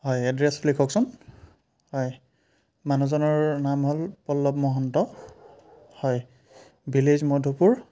হয় এড্ৰেছ লিখকচোন হয় মানুহজনৰ নাম হ'ল পল্লৱ মহন্ত হয় ভিলেইজ মধুপুৰ